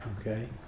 Okay